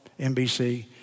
NBC